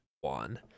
one